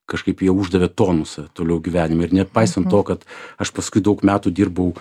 kažkaip jau uždavė tonusą toliau gyvenime ir nepaisant to kad aš paskui daug metų dirbau